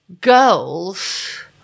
Girls